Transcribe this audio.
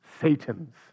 Satan's